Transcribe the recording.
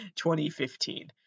2015